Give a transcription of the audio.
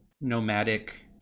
nomadic